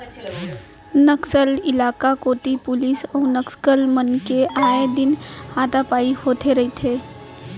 नक्सल इलाका कोती पुलिस अउ नक्सल मन के आए दिन हाथापाई होथे रहिथे